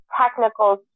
technical